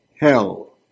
hell